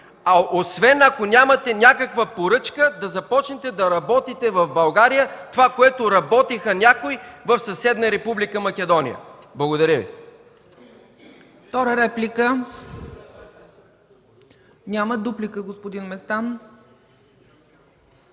Освен ако нямате някаква поръчка да започнете да работите в България това, което работиха някои в съседна Република Македония. Благодаря.